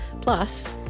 Plus